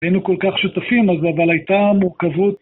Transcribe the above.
היינו כל כך שותפים אבל הייתה מורכבות